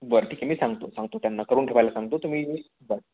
बरं ठीक आहे मी सांगतो सांगतो त्यांना करून ठेवायला सांगतो तुम्ही बरं